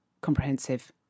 comprehensive